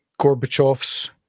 Gorbachev's